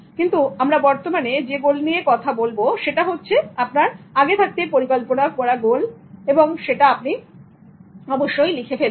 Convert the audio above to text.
কিন্তু বর্তমানে যে গোল আপনার আছে সেটা অবশ্যই আপনি লিখে ফেলুন